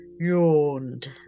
yawned